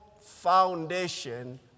foundation